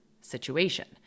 situation